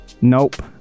nope